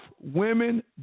women